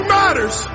matters